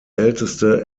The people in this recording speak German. älteste